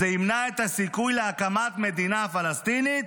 זה ימנע את הסיכוי להקמת מדינה פלסטינית".